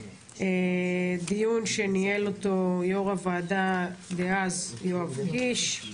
דיון שניהל אותו יו"ר הוועדה דאז יואב קיש,